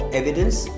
evidence